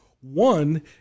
One